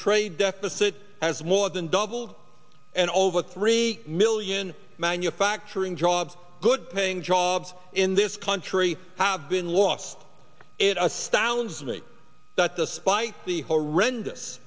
trade deficit has more than doubled and over three million manufacturing jobs good paying jobs in this country have been lost it astounds me that despite the horrendous